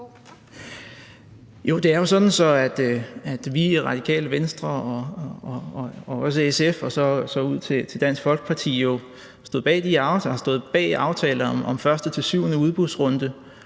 Det er sådan, at vi i Radikale Venstre – og også SF og så ud til Dansk Folkeparti – jo har stået bag aftaler om 1.-7. udbudsrunde.